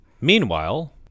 Meanwhile